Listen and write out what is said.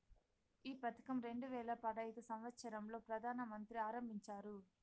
ఈ పథకం రెండు వేల పడైదు సంవచ్చరం లో ప్రధాన మంత్రి ఆరంభించారు